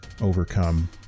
overcome